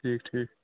ٹھیٖک ٹھیٖک